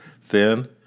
Thin